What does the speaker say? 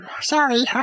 Sorry